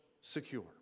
secure